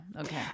Okay